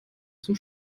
zum